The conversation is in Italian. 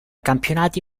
campionati